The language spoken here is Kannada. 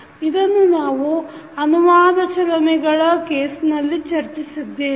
ಇದನ್ನು ನಾವು ಅನುವಾದ ಚಲನೆಗಳ ಕೇಸ್ನಲ್ಲಿ ಚರ್ಚಿಸಿದ್ದೇವೆ